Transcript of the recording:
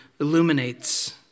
illuminates